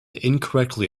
incorrectly